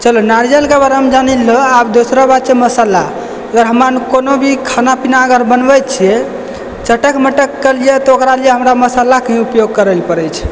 चलु नारियलके बारेमे जानि लियौ आओर दोसरा बात छै मसाला हमरा कोनो भी खाना पीना अगर बनबै छै चटक मटक कहि लिअ तऽ ओहिमे मसालाके उपयोग करै पड़ै छै